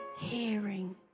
hearing